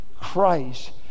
Christ